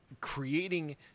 creating